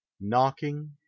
knocking